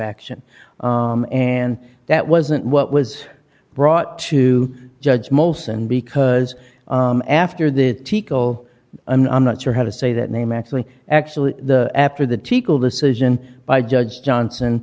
action and that wasn't what was brought to judge molson because after the teco i'm not sure how to say that name actually actually the after the tikal decision by judge johnson